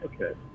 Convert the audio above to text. Okay